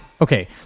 okay